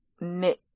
knit